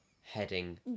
heading